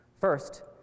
First